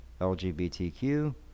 LGBTQ